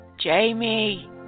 Jamie